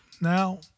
now